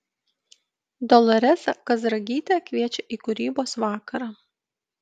doloresa kazragytė kviečia į kūrybos vakarą